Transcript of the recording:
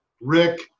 Rick